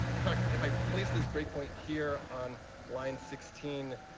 in fact, if i place this breakpoint here on line sixteen,